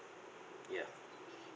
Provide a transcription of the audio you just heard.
ya